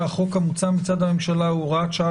שהחוק המוצע מצד הממשלה הוא הוראת שעה